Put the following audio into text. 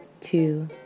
two